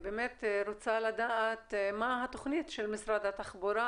באמת רוצה לדעת מה התוכנית של משרד התחבורה